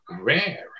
rare